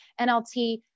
NLT